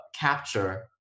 capture